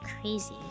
crazy